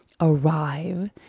arrive